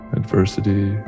adversity